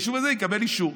היישוב הזה יקבל אישור,